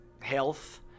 health